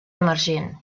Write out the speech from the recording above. emergent